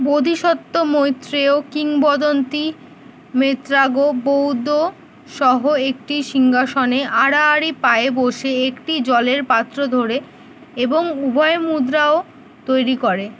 বোধিসত্ত্ব মৈত্রেয় কিংবদন্তি মেত্রাগো বৌদ্ধ সহ একটি সিংহাসনে আড়াআড়ি পায়ে বসে একটি জলের পাত্র ধরে এবং উভয় মুদ্রাও তৈরি করে